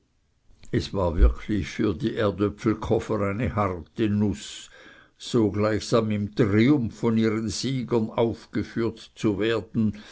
es war wirklich für die erdöpfelkofer eine harte nuß so gleichsam im triumph von ihren siegern aufgeführt zu werden